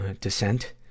descent